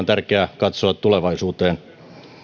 tärkeää katsoa tulevaisuuteen